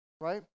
right